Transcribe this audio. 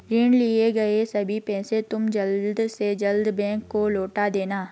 ऋण लिए गए सभी पैसे तुम जल्द से जल्द बैंक को लौटा देना